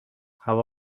هوا